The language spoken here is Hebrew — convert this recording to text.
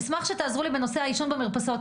אשמח שתעזרו לי בנושא העישון במרפסות.